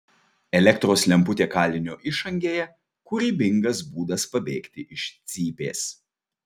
elektros lemputė kalinio išangėje kūrybingas būdas pabėgti iš cypės